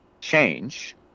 change